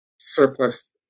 surplus